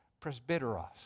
presbyteros